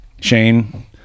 Shane